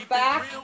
back